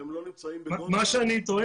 והם לא נמצאים בגונדר ולא נמצאים באדיס אבבה?